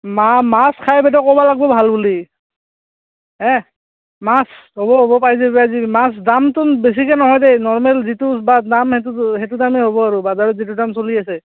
মা মাছ খাই বাইদেউ ক'ব লাগবো ভাল বুলি হে মাছ ৰ'ব ৰ'ব বাইদেউ মাছ দামতো বেছিকে নহয় দে নৰমেল যিটো দাম সেইটো দামেই হ'ব আৰু বজাৰত যিটো দাম চলি আছে